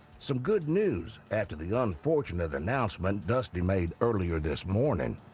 some good news after the unfortunate announcement dusty made earlier this morning.